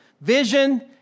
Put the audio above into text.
Vision